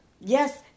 Yes